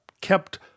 kept